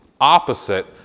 opposite